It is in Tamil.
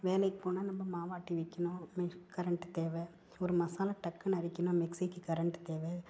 வேலைக்கு போனால் நம்ம மாவாட்டி வைக்கணும் கரண்ட்டு தேவை ஒரு மசாலா டக்குன்னு அரைக்கணும்ன்னா மிக்ஸிக்கு கரண்ட்டு தேவை